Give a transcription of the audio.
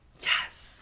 yes